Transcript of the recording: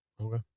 Okay